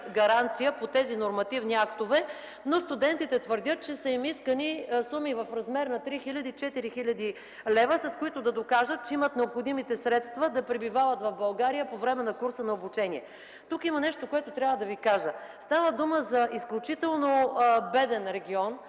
гаранция по тези нормативни актове, но студентите твърдят, че са им искани суми в размер на 3-4 хил. лв., с които да докажат, че имат необходимите средства да пребивават в България по време на курса на обучение. Тук има нещо, което трябва да Ви кажа. Става дума за изключително беден регион,